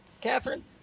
Catherine